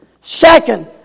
Second